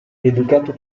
educato